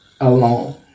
alone